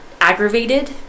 aggravated